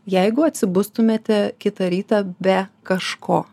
jeigu atsibustumėte kitą rytą be kažko